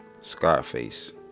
Scarface